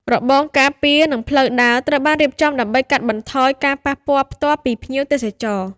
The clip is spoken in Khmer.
របងការពារ និងផ្លូវដើរត្រូវបានរៀបចំដើម្បីកាត់បន្ថយការប៉ះពាល់ផ្ទាល់ពីភ្ញៀវទេសចរ។